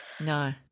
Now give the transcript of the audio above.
no